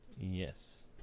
Yes